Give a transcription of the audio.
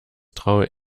traue